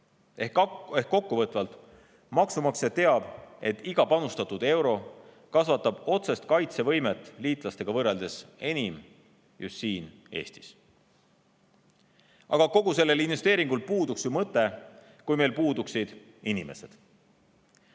Ehk kokkuvõtvalt: maksumaksja teab, et iga panustatud euro kasvatab otsest kaitsevõimet liitlastega võrreldes enim just siin Eestis. Aga kogu sellel investeeringul puuduks ju mõte, kui meil puuduksid inimesed,